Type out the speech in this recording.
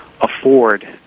afford